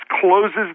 closes